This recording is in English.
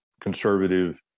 conservative